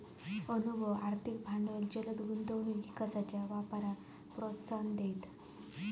अनुभव, आर्थिक भांडवल जलद गुंतवणूक विकासाच्या वापराक प्रोत्साहन देईत